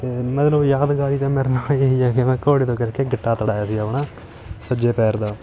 ਅਤੇ ਮਤਲਬ ਯਾਦਗਾਰੀ ਤਾਂ ਮੇਰੇ ਨਾਲ਼ ਇਹੀ ਆ ਕਿ ਮੈਂ ਘੋੜੇ ਤੋਂ ਗਿਰ ਕੇ ਗਿੱਟਾ ਤੁੜਾਇਆ ਸੀ ਆਪਣਾ ਸੱਜੇ ਪੈਰ ਦਾ